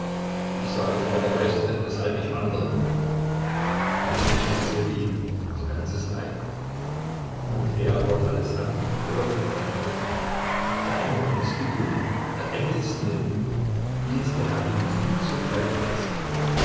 ich sage vater weißt du denn weshalb ich wandere und ich erzähle ihm unser ganzes leid und er hört alles an hört und antwortet der engel ist geduldig der engel ist mild wie es der herr ihm befiehlt so kleidet er sich